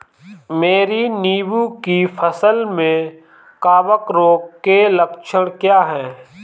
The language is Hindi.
मेरी नींबू की फसल में कवक रोग के लक्षण क्या है?